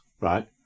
Right